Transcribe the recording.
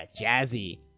jazzy